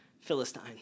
Philistine